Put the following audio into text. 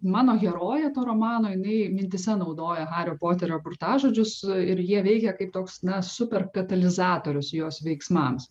mano herojė to romano jinai mintyse naudoja hario poterio burtažodžius ir jie veikia kaip toks na super katalizatorius jos veiksmams